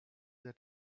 sehr